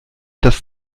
das